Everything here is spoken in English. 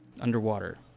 Underwater